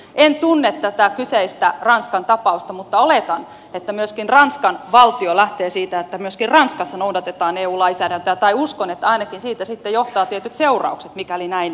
en tunne tätä kyseistä ranskan tapausta mutta oletan että myöskin ranskan valtio lähtee siitä että myöskin ranskassa noudatetaan eu lainsäädäntöä tai uskon että ainakin siitä sitten johtaa tietyt seuraukset mikäli näin ei tehdä